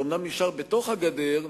שאומנם נשאר בתוך הגדר,